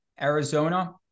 Arizona